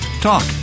talk